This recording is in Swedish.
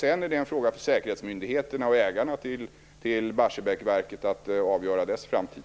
Sedan är det en fråga för säkerhetsmyndigheterna och ägarna till Barsebäckverket att avgöra dess framtid.